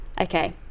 Okay